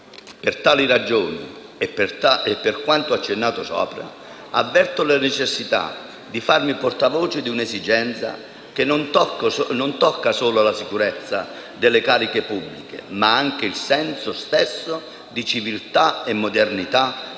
Per tali ragioni e per quanto accennato, avverto la necessità di farmi portavoce di un'esigenza che non tocca solo la sicurezza delle cariche pubbliche, ma anche il senso stesso di civiltà e modernità della